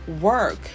work